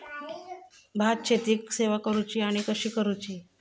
भात शेती केवा करूची आणि कशी करुची?